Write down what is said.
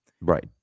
Right